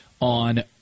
on